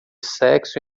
sexo